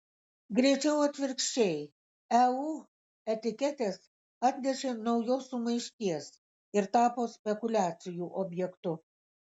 greičiau atvirkščiai eu etiketės atnešė naujos sumaišties ir tapo spekuliacijų objektu